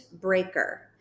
breaker